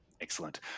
Excellent